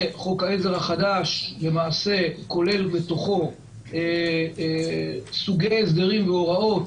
וחוק העזר החדש כולל בתוכו סוגי הסדרים והוראות,